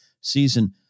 season